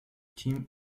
teams